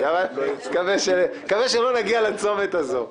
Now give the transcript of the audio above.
אבל אני מקווה שלא נגיע לצומת הזה.